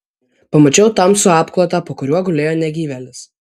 pamačiau tamsų apklotą po kuriuo gulėjo negyvėlis